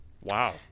Wow